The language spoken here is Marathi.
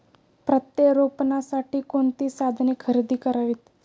प्रत्यारोपणासाठी कोणती साधने खरेदी करावीत?